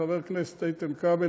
לחבר הכנסת איתן כבל,